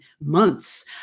months